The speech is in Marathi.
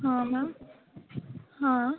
हां मॅम हां